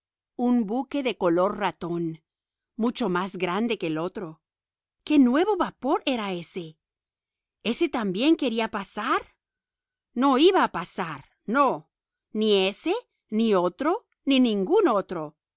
un buque de color ratón mucho más grande que el otro qué nuevo vapor era ése ése también quería pasar no iba a pasar no ni ése ni otro ni ningún otro